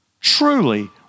truly